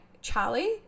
Charlie